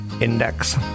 Index